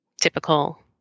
typical